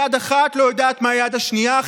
יד אחת לא יודעת מהיד השנייה.